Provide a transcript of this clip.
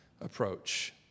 approach